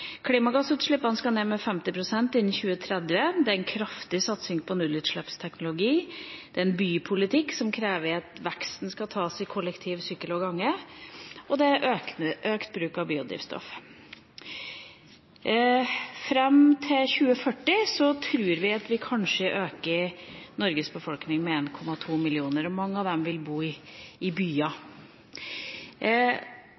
Klimagassutslippene skal ned med 50 pst. innen 2030, det er en kraftig satsing på nullutslippsteknologi, en bypolitikk som krever at veksten skal tas i kollektiv, sykkel og gange, og det er økt bruk av biodrivstoff. Fram til 2040 tror vi at vi kanskje øker Norges befolkning med 1,2 millioner, og mange av dem vil bo i